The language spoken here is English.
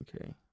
Okay